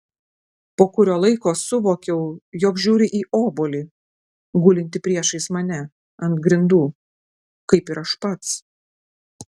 po kurio laiko suvokiau jog žiūriu į obuolį gulintį priešais mane ant grindų kaip ir aš pats